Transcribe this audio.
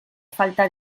falta